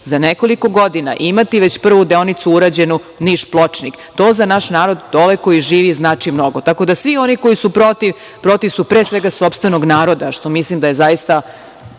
za nekoliko godina imati već prvu deonicu urađenu Niš-Pločnik. To za naš narod dole koji živi znači mnogo. Tako da svi oni koji su protiv protiv su pre svega sopstvenog naroda, što mislim da je zaista